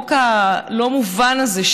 החוק הלא-מובן הזה,